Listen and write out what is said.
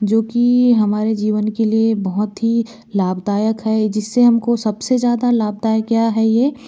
जो कि हमारे जीवन के लिए बहुत ही लाभदायक है जिससे हमको सबसे ज़्यादा लाभदायक क्या है यह